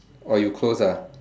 oh you close ah